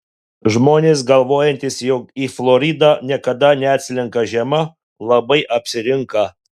žmonės galvojantys jog į floridą niekada neatslenka žiema labai apsirinka